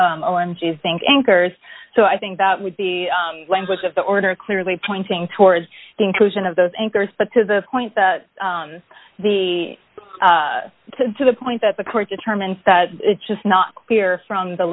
think anchors so i think that would be language of the order clearly pointing towards the inclusion of those anchors but to the point the to the point that the court determines that it's just not clear from the